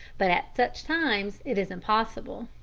but at such times it is impossible.